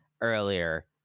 earlier